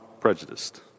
prejudiced